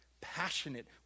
Passionate